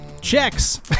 Checks